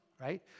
right